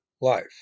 life